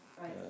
right